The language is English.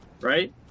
Right